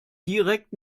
direkt